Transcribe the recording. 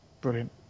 Brilliant